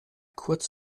kurz